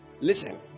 Listen